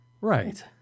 Right